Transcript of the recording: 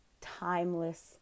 timeless